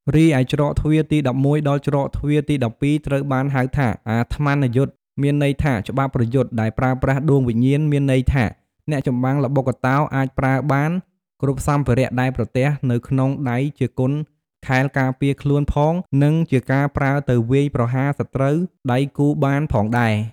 រីឯច្រកទ្វារទី១១ ដល់ច្រកទ្វារទី១២ ត្រូវបានហៅថា "អាត្ម័នយុទ្ធ" មានន័យថា ច្បាប់ប្រយុទ្ធ ដែលប្រើប្រាស់ដួងវិញាណ មានន័យថា អ្នកចម្បាំងល្បុក្កតោអាចប្រើបាន គ្រប់សំភារៈដែលប្រទះនៅក្នុងដៃជាគុនខែលការពារខ្លួនផង និងជាការប្រើទៅវាយប្រហារសត្រូវ ដៃគូបានផងដែរ។